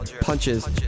Punches